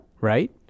right